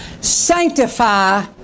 Sanctify